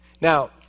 Now